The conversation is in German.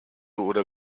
oder